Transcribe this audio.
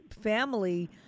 family